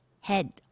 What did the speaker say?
head